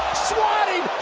swatting